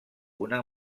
una